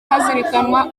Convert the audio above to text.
hazirikanwa